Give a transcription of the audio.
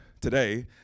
today